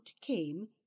came